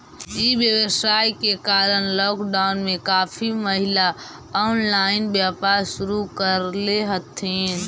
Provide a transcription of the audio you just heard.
ई व्यवसाय के कारण लॉकडाउन में काफी महिला ऑनलाइन व्यापार शुरू करले हथिन